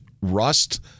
rust